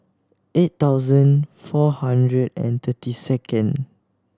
eight thousand four hundred and thirty second